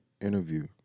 interview